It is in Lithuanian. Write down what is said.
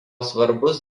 svarbus